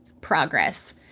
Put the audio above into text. progress